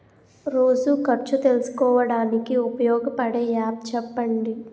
రోజు ఖర్చు తెలుసుకోవడానికి ఉపయోగపడే యాప్ చెప్పండీ?